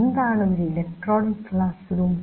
എന്താണ് ഒരു electronic class room